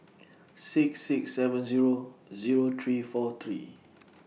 six six seven Zero Zero three four three